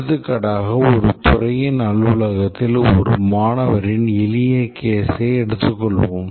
எடுத்துக்காட்டாக ஒரு துறையின் அலுவலகத்தில் ஒரு மாணவரின் எளிய case எடுத்துக் கொள்வோம்